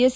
S